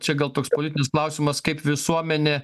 čia gal toks politinis klausimas kaip visuomenė